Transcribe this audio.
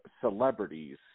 celebrities